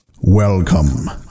Welcome